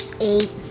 Eight